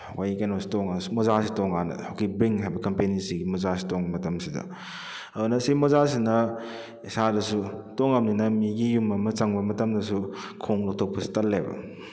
ꯃꯣꯏ ꯀꯩꯅꯣꯁꯤ ꯇꯣꯡꯉ ꯃꯣꯖꯥꯁꯤ ꯇꯣꯡ ꯀꯥꯟꯗ ꯕꯤꯡ ꯍꯥꯏꯕ ꯀꯝꯄꯦꯅꯤꯁꯤꯒꯤ ꯃꯣꯖꯥꯁꯤ ꯇꯣꯡꯕ ꯃꯇꯝꯁꯤꯗ ꯑꯗꯨꯅ ꯑꯁꯤ ꯃꯣꯖꯥꯁꯤꯅ ꯏꯁꯥꯗꯁꯨ ꯇꯣꯡꯉꯕꯅꯤꯅ ꯃꯤꯒꯤ ꯌꯨꯝ ꯑꯃ ꯆꯪꯕ ꯃꯇꯝꯗꯁꯨ ꯈꯣꯡꯎꯞ ꯂꯧꯊꯣꯛꯄꯁꯤ ꯇꯜꯂꯦꯕ